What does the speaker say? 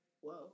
whoa